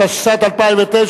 התשס"ט 2009,